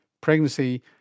pregnancy